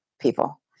people